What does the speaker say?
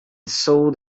sold